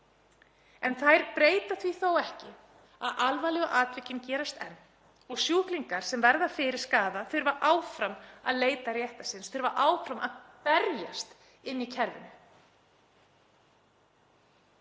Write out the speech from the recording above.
þá breyta þær því þó ekki að alvarlegu atvikin gerast enn. Sjúklingar sem verða fyrir skaða þurfa áfram að leita réttar síns, þurfa áfram að berjast inni í kerfinu.